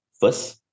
first